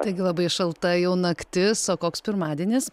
taigi labai šalta jau naktis o koks pirmadienis